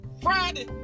Friday